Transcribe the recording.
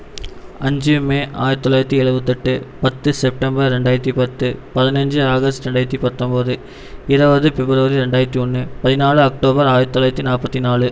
அஞ்சு மே ஆயிரத்து தொள்ளாயிரத்து எழுபத்தி எட்டு பத்து செப்டம்பர் ரெண்டாயிரத்து பத்து பதினைஞ்சு ஆகஸ்ட் ரெண்டாயிரத்து பத்தொன்பது இருபது பிப்ரவரி ரெண்டாயிரத்து ஒன்று பதினாலு அக்டோபர் ஆயிரத்து தொள்ளாயிரத்து நாற்பத்தி நாலு